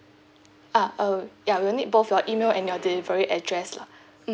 ah uh ya we'll need both your email and your delivery address lah mm